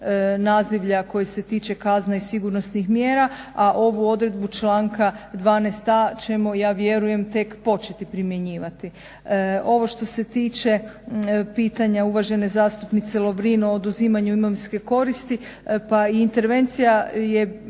nazivlja koje se tiče kazna i sigurnosnih mjera, a ovu odredbu članka 12.a ćemo ja vjerujem tek početi primjenjivati. Ovo što se tiče pitanja uvažene zastupnice Lovrin o oduzimanju imovinske koristi pa i intervencija je